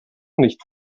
nicht